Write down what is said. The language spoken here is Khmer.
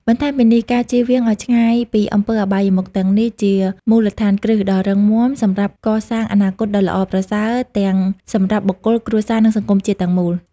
បន្ថែមពីនេះ ការចៀសវាងឲ្យឆ្ងាយពីអំពើអបាយមុខទាំងនេះ ជាមូលដ្ឋានគ្រឹះដ៏រឹងមាំសម្រាប់កសាងអនាគតដ៏ល្អប្រសើរទាំងសម្រាប់បុគ្គល គ្រួសារ និងសង្គមជាតិទាំងមូល។